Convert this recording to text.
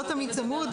זה לא תמיד צמוד.